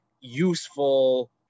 useful